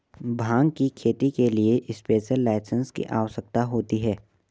भांग की खेती के लिए स्पेशल लाइसेंस की आवश्यकता होती है